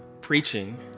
preaching